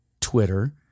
Twitter